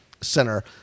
center